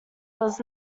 was